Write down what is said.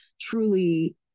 truly